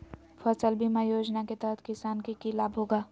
फसल बीमा योजना के तहत किसान के की लाभ होगा?